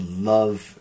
love